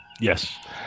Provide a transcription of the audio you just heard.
Yes